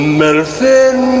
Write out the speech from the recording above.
medicine